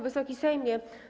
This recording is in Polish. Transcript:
Wysoki Sejmie!